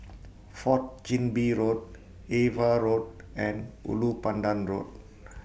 Fourth Chin Bee Road AVA Road and Ulu Pandan Road